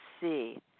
see